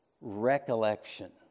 recollection